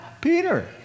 Peter